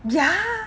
ya